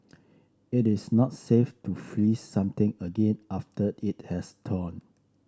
it is not safe to freeze something again after it has thawed